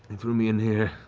threw me in here,